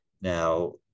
Now